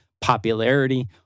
popularity